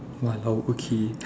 !walao! okay